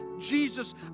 jesus